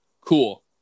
cool